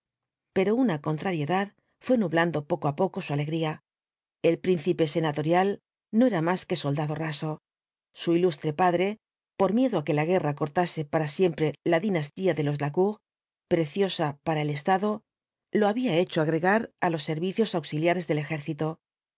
pero una contrariedad fué nublando poco á poco su alegría el príncipe senatorial no era más que soldado raso su ilustre padre por miedo á que la guerra cortase para siempre la dinastía de los lacour preciosa para el estado lo había los ouatro jinbtbs dbl apocalipsis hecho agregar á los servicios auxiliares del ejército de